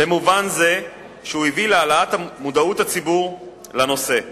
במובן זה שהוא הביא להעלאת מודעות הציבור לנושא זה.